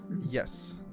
yes